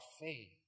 faith